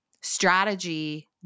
strategy